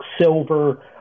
silver